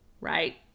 right